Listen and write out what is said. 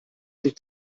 sich